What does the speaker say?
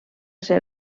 ser